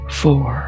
four